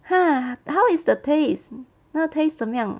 !huh! how is the taste 它的 taste 怎么样